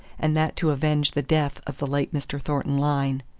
and that to avenge the death of the late mr. thornton lyne.